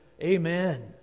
Amen